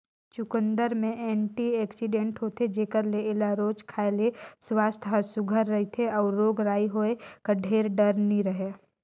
चुकंदर में एंटीआक्सीडेंट होथे जेकर ले एला रोज खाए ले सुवास्थ हर सुग्घर रहथे अउ रोग राई होए कर ढेर डर नी रहें